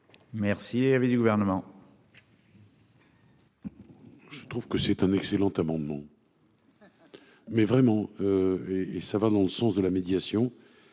Mercier avait du gouvernement. Je trouve que c'est un excellent amendement. Mais vraiment. Et et ça va dans le sens de la médiation.